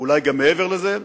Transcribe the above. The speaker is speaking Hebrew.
אולי גם מעבר לזה,